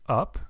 up